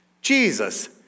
Jesus